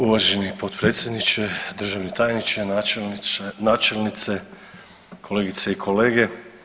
Uvaženi potpredsjedniče, državni tajniče, načelnice, kolegice i kolege.